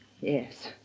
Yes